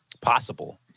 Possible